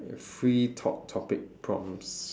free talk topic prompts